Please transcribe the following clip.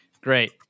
Great